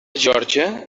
geòrgia